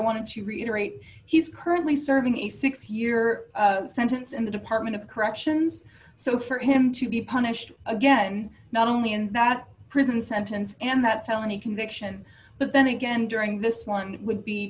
want to reiterate he's currently serving a six year sentence in the department of corrections so for him to be punished again not only in that prison sentence and that felony conviction but then again during this one would be